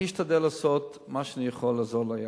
אני אשתדל לעשות מה שאני יכול לעזור לילדה.